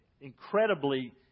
incredibly